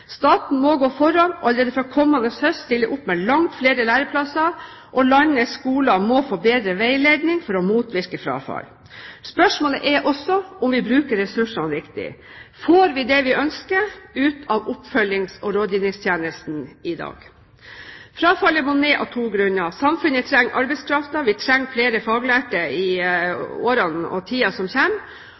Staten må gå foran og allerede fra kommende høst stille opp med langt flere læreplasser, og landets skoler må få bedre veiledning for å motvirke frafall. Spørsmålet er også om vi bruker ressursene riktig Får vi det vi ønsker ut av oppfølgings- og rådgivningstjenesten i dag? Frafallet må ned av to grunner: Samfunnet trenger arbeidskraften, vi trenger flere faglærte i tiden som kommer, og